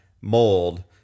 mold